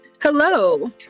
hello